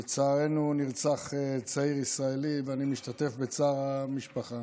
לצערנו נרצח צעיר ישראלי, ואני משתתף בצער המשפחה.